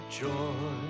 joy